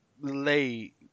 lay